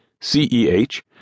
CEH